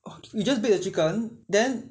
oh you just bake the chicken then